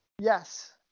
yes